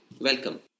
Welcome